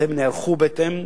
והם נערכו בהתאם,